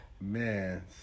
Man